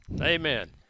Amen